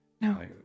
No